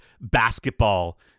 basketball